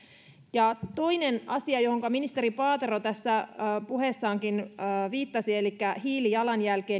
ja toinen asia johonka ministeri paatero tässä puheessaankin viittasi elikkä hiilijalanjälki